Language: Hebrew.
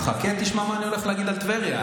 חכה, תשמע מה אני הולך להגיד על טבריה.